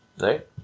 right